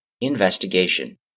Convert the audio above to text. Investigation